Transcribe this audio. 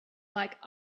like